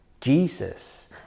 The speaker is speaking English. Jesus